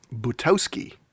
Butowski